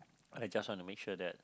I just want to make sure that